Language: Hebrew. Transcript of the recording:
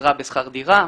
עזרה בשכר דירה,